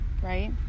right